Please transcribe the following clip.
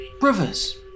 Brothers